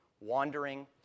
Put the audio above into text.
wandering